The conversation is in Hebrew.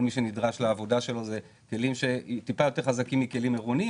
כל מי שנדרש לעבודה שלו זה כלים שהם טיפה יותר חזקים מכלים עירוניים,